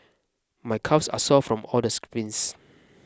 my calves are sore from all the sprints